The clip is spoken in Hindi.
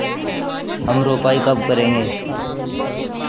हम रोपाई कब करेंगे?